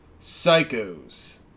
Psychos